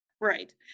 right